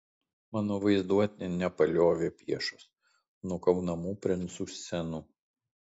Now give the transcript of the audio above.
mano vaizduotė nepaliovė piešus nukaunamų princų scenų